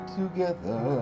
together